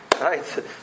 right